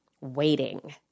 waiting